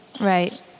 Right